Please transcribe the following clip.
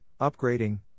upgrading